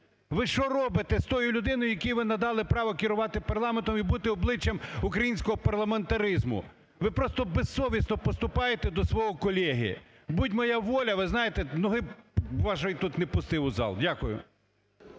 Ви що робите з тої людини, якій ви надали право керувати парламентом і бути обличчям українського парламентаризму? Ви просто безсовісно поступаєте до свого колеги. Будь моя воля, ви знаєте, ноги б вашої тут не пустив у зал. Дякую.